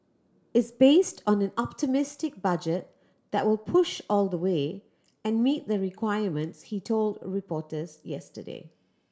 is based on an optimistic budget that will push all the way and meet the requirements he told reporters yesterday